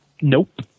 Nope